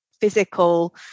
physical